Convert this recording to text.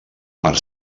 part